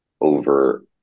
over